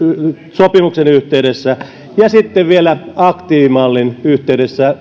sopimuksen yhteydessä ja sitten vielä aktiivimallin yhteydessä